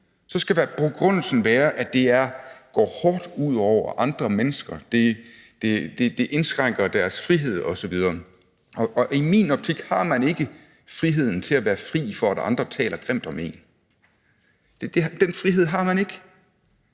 Så skal begrundelsen være, at det går hårdt ud over andre menneske, at det indskrænker deres frihed osv. Og i min optik har man ikke friheden til at være fri for, at andre taler grimt om en. Den frihed har man ikke.